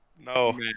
No